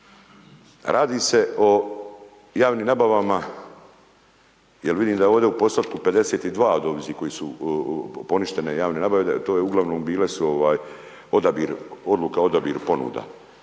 Radi se o javnim nabavama jer vidimo da ovdje u postotku 52 od ovih koji su poništene javne nabave, to je uglavnom bile su odabir, odluka